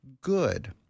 good